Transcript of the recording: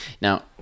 now